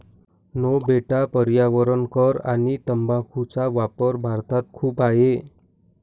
no बेटा पर्यावरण कर आणि तंबाखूचा वापर भारतात खूप आहे